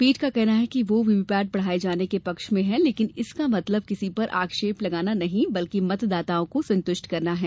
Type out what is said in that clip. पीठ का कहना है कि वो वीवीपैट बढाए जाने के पक्ष में है लेकिन इसका मतलब किसी पर आक्षेप लगाना नहीं बल्कि मतदाताओं को संतुष्ट करना है